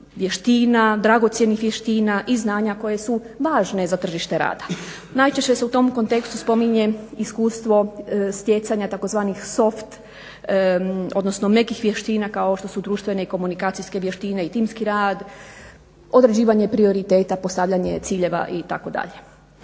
vještina, dragocjenih vještina i znanja koje su važne za tržište rada. Najčešće se u tom kontekstu spominje iskustvo stjecanja tzv. soft odnosno mekih vještina kao što su društvene i komunikacijske vještine i timski rad, određivanje prioriteta, postavljanje ciljeva itd.